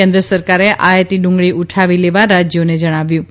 કેન્ન સરકારે આયાતી ડુંગલી ઉઠાવી લેવા રાજયોને જણાવ્યું છે